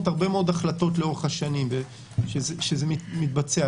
הרבה מאוד החלטות לאורך השנים כשזה מתבצע.